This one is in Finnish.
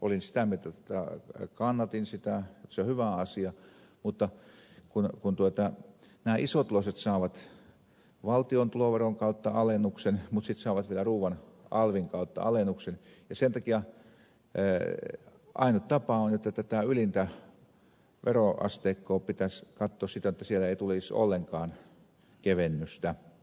olin sitä mieltä kannatin sitä että se on hyvä asia mutta kun nämä isotuloiset saavat valtion tuloveron kautta alennuksen mutta sitten saavat vielä ruuan alvin kautta alennuksen niin sen takia ainut tapa on että tätä ylintä veroasteikkoa pitäisi katsoa siten jotta siellä ei tulisi ollenkaan kevennystä